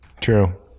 True